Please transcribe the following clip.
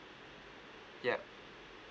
yup